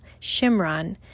Shimron